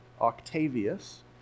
Octavius